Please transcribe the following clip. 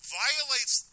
violates